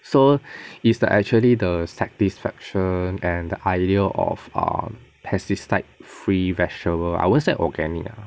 so is the actually the satisfaction and the idea of err pesticide free vegetables I won't say organic lah